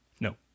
no